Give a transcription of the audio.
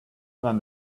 when